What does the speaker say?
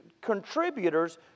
contributors